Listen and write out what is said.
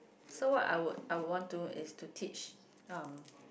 so what I would I would want do is to teach um